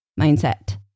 mindset